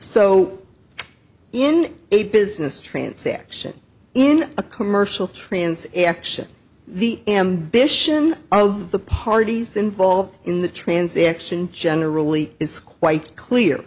so in a business transaction in a commercial transaction the ambition of the parties involved in the transaction generally is quite clear